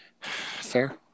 Fair